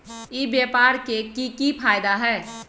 ई व्यापार के की की फायदा है?